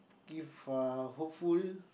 give a hopeful